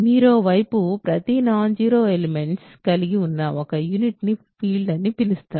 మీరో వైపు ప్రతి non zero elements కలిగి ఉన్న ఒక యూనిట్ ని ఫీల్డ్ అని పిలుస్తారు